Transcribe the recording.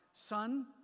son